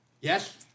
Yes